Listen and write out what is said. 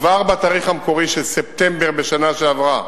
כבר בתאריך המקורי, ספטמבר של השנה שעברה,